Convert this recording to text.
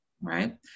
right